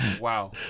Wow